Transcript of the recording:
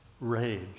Rage